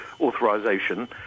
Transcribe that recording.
authorization